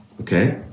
okay